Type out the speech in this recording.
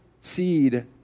seed